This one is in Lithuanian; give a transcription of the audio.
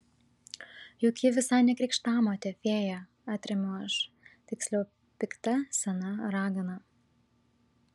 juk ji visai ne krikštamotė fėja atremiu aš tiksliau pikta sena ragana